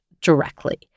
directly